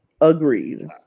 Agreed